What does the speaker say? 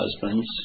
husbands